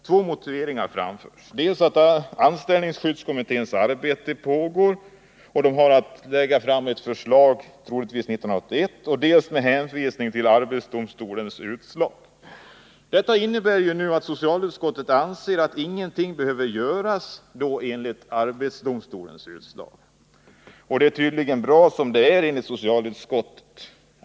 Två motiveringar framförs: dels framhåller man att anställningsskyddskommitténs arbete omfattar denna fråga och att kommittén skall framlägga förslag, troligtvis 1981, dels hänvisar man till arbetsdomstolens utslag. Detta innebär ju att socialutskottet anser att ingenting bör göras efter arbetsdomstolens utslag. Det är tydligen bra som det är, enligt socialutskottets mening.